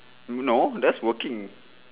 no that's working